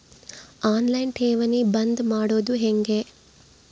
On line ಠೇವಣಿ ಬಂದ್ ಮಾಡೋದು ಹೆಂಗೆ?